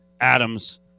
Adams